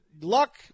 luck